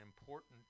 important